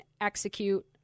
execute